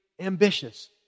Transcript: ambitious